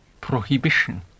Prohibition